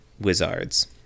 Wizards